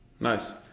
Nice